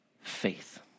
Faith